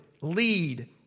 lead